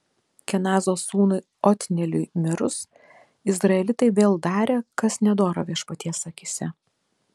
kenazo sūnui otnieliui mirus izraelitai vėl darė kas nedora viešpaties akyse